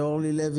אורלי לוי,